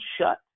shut